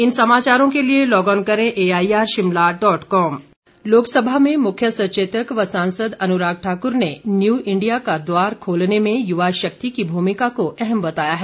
अनुराग ठाकुर लोकसभा में मुख्य सचेतक व सांसद अनुराग ठाकुर ने न्यू इंडिया का द्वार खोलने में युवा शक्ति की भूमिका को अहम बताया है